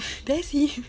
that's him